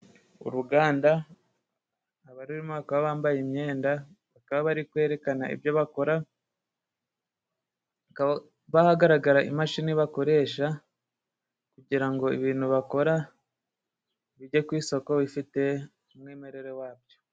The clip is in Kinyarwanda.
Uruganda abarurimo bakaba bambaye imyenda, bakaba bari kwerekana ibyo bakora, hakaba hagaragara imashini bakoresha kugira ngo ibintu bakora bijye ku isoko bifite umwimerere wabyo.